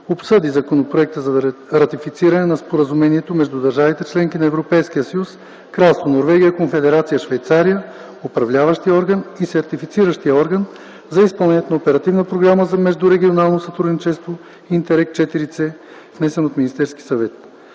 обсъди Законопроект за ратифициране на Споразумението между държавите – членки на Европейския съюз, Кралство Норвегия, Конфедерация Швейцария, Управляващия орган и Сертифициращия орган за изпълнението на Оперативна програма за междурегионално сътрудничество „Интеррег ІVС”, внесен от Министерския съвет.